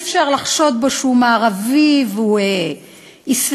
אי-אפשר לחשוד בו שהוא מערבי והוא אסלאמופוב.